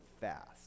fast